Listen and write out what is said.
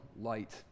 light